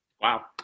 Wow